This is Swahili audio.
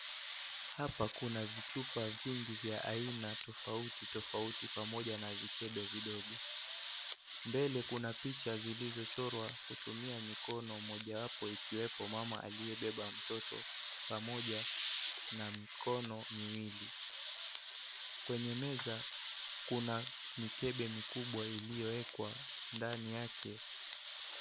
Hapa kuna vichupa vingi vya aina tofauti tofauti pamoja na vikebe vidogo. Mbele kuna picha zilizochorwa kutumia mikono mojawapo ikiwepo mama aliyebeba mtoto pamoja na mikono miwili . Kwenye meza kuna mikebe mikubwa iliyowekwa ndani yake.